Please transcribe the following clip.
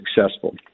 successful